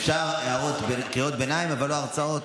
אפשר קריאות ביניים, אבל לא הרצאות.